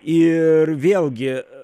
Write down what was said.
ir vėlgi